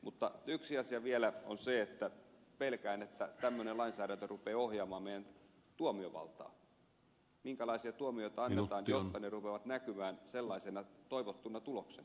mutta yksi asia vielä on se että pelkään että tämmöinen lainsäädäntö rupeaa ohjaamaan meidän tuomiovaltaamme minkälaisia tuomioita annetaan jotta ne rupeavat näkymään sellaisena toivottuna tuloksena